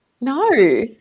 No